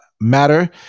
matter